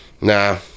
Nah